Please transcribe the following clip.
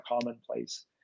commonplace